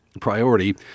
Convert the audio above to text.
priority